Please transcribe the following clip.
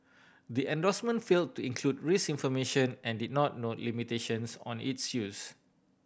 the endorsement fail to include risk information and did not note limitations on its use